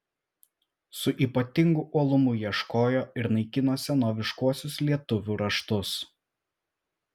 su ypatingu uolumu ieškojo ir naikino senoviškuosius lietuvių raštus